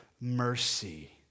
mercy